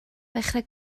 ddechrau